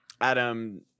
Adam